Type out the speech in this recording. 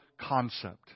concept